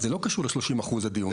אז זה לא קשור ל-30%, הדיון.